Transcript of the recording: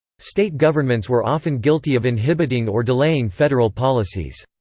state governments were often guilty of inhibiting or delaying federal policies.